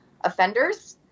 offenders